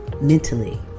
mentally